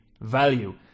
value